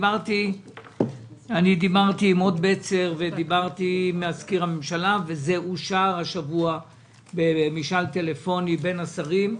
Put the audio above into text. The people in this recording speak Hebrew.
דיברתי עם בצר ועם מזכיר הממשלה וזה אושר השבוע במשאל טלפוני בין השרים,